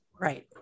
Right